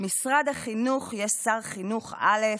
במשרד החינוך יש שר חינוך א',